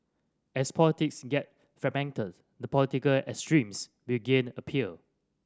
as politics get fragmented the political extremes will gain appeal